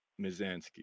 Mizanski